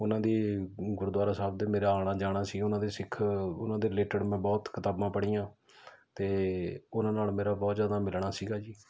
ਉਹਨਾਂ ਦੇ ਗੁਰਦੁਆਰਾ ਸਾਹਿਬ ਦੇ ਮੇਰਾ ਆਉਣਾ ਜਾਣਾ ਸੀ ਉਹਨਾਂ ਦੇ ਸਿੱਖ ਉਹਨਾਂ ਦੇ ਰਿਲੇਟਡ ਮੈਂ ਬਹੁਤ ਕਿਤਾਬਾਂ ਪੜ੍ਹੀਆਂ ਅਤੇ ਉਹਨਾਂ ਨਾਲ ਮੇਰਾ ਬਹੁਤ ਜ਼ਿਆਦਾ ਮਿਲਣਾ ਸੀਗਾ ਜੀ